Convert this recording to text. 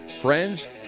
friends